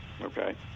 okay